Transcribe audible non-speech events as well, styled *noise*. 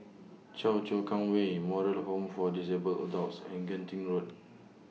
*noise* Choa Chu Kang Way Moral Home For Disabled Adults and Genting Road